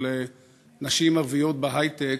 של נשים ערביות בהיי-טק,